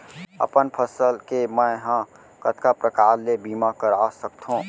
अपन फसल के मै ह कतका प्रकार ले बीमा करा सकथो?